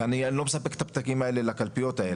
אני לא מספק את הפתקים האלה לקלפיות האלה,